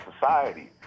society